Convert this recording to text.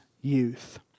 youth